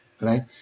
Right